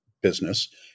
business